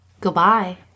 Goodbye